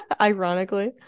Ironically